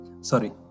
sorry